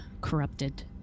corrupted